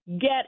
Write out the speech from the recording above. get